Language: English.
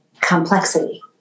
complexity